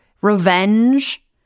revenge